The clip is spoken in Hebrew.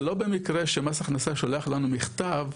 זה לא במקרה כשמס הכנסה שולח לנו מכתב,